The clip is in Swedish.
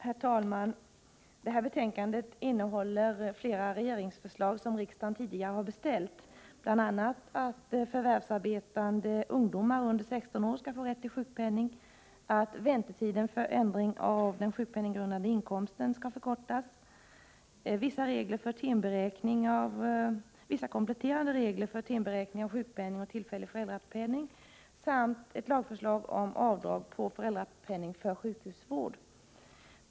Herr talman! Det här betänkandet innehåller flera regeringsförslag som riksdagen tidigare har beställt, bl.a. att förvärvsarbetande ungdomar under 16 år skall få rätt till sjukpenning, att väntetiden för ändring av den sjukpenninggrundande inkomsten skall förkortas, vissa kompletterande regler för timberäkning av sjukpenning och tillfällig föräldrapenning samt ett lagförslag om avdrag på föräldrapenning för sjukhusvård.